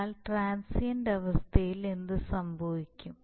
എന്നാൽ ട്രാൻസിയൻറ്റ് അവസ്ഥയിൽ എന്ത് സംഭവിക്കും